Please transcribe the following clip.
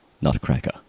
nutcracker